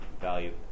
value